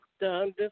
done